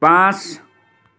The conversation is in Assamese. পাঁচ